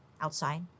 outside